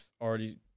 already